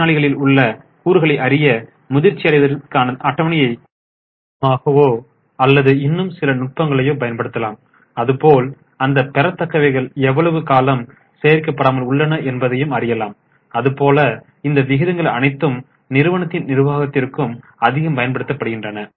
கடனாளிகளில் உள்ள கூறுகளை அறிய முதிர்ச்சியடைதலுக்கான அட்டவணை மூழியமாகவோ அல்லது இன்னும் சில நுட்பங்களையோ பயன்படுத்தலாம் அதுபோல் அந்த பெறத்தக்கவைகள் எவ்வளவு காலம் சேகரிக்கப்படாமல் உள்ளன என்பதையும் அறியலாம் அது போல இந்த விகிதங்கள் அனைத்தும் நிறுவனத்தின் நிர்வாகத்திற்கு அதிகம் பயன்படுத்தப்படுகின்றன